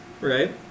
right